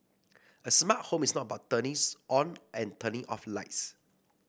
a smart home is not about turnings on and turning off lights